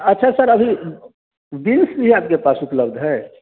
अच्छा सर अभी बीन्स भी आपके पास उपलब्ध है